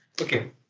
Okay